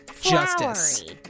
Justice